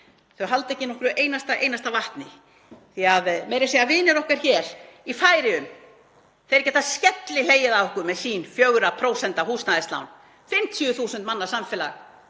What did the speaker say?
halda ekki nokkru einasta vatni því að meira að segja vinir okkar í Færeyjum geta skellihlegið að okkur með sín 4% húsnæðislán, 50.000 manna samfélag